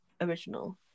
original